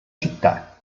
città